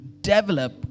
develop